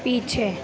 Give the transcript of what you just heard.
पीछे